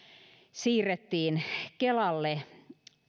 siirrettiin kelalle